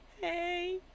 Hey